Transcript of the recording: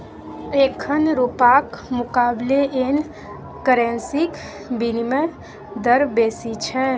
एखन रुपाक मुकाबले येन करेंसीक बिनिमय दर बेसी छै